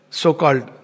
so-called